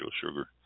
sugar